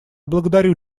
благодарю